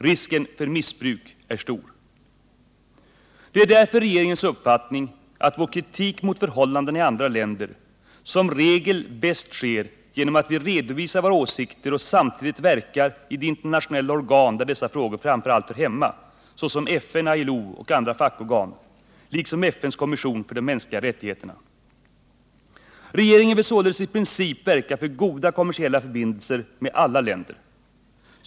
Risken för missbruk är stor. Det är därför regeringens uppfattning att vår kritik mot förhållandena i andra länder som regel bäst sker genom att vi redovisar våra åsikter och samtidigt verkar i de internationella organ där dessa frågor framför allt hör hemma, såsom FN, ILO och andra fackorgan, liksom FN:s kommission för de mänskliga rättigheterna. Regeringen vill således i princip verka för goda kommersiella förbindelser med alla länder.